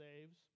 saves